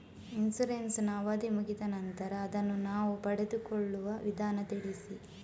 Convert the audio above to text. Insurance ನ ಅವಧಿ ಮುಗಿದ ನಂತರ ಅದನ್ನು ನಾವು ಪಡೆದುಕೊಳ್ಳುವ ವಿಧಾನ ತಿಳಿಸಿ?